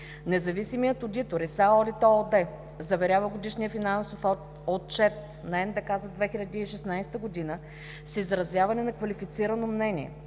Независимият одитор „ИсаОдит ООД" заверява годишния финансов отчет на НДК за 2016 г., с изразяване на квалифицирано мнение,